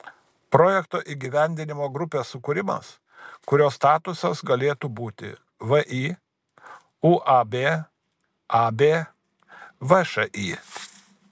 projekto įgyvendinimo grupės sukūrimas kurio statusas galėtų būti vį uab ab všį